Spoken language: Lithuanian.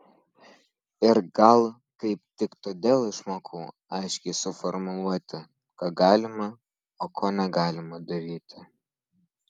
ir gal kaip tik todėl išmokau aiškiai suformuluoti ką galima o ko negalima daryti